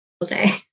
day